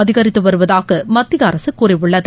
அதிகரித்து வருவதாக மத்திய அரசு கூறியுள்ளது